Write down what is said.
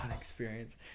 experience